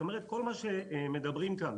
כלומר כל מה שמדברים כאן,